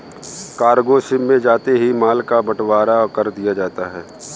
cargo ship में जाते ही माल का बंटवारा कर दिया जाता है